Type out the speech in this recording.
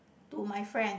to my friend